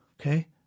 Okay